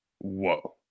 Whoa